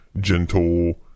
gentle